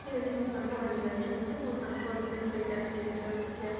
ଠିକ୍ ଅଛି ମୋ ସାଙ୍ଗମାନେ ବି ଅଛନ୍ତି ମୁଁ ତାଙ୍କମାନଙ୍କୁ ଧରିକି ଆସିବି ଖେଳ ଦେଖିବାକୁ